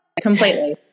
Completely